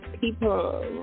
people